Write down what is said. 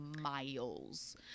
miles